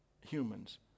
humans